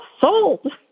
sold